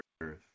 earth